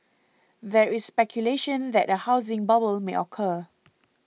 there is speculation that a housing bubble may occur